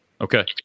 Okay